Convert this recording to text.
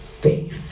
Faith